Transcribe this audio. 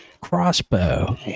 Crossbow